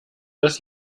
das